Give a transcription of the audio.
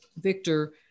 Victor